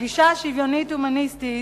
הגישה השוויונית-הומניסטית